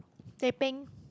teh ping